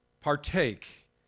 partake